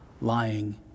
lying